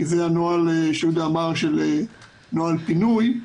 שכפי שיהודה אמר זה נוהל פינוי,